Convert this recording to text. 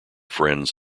friends